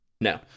No